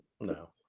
No